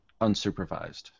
unsupervised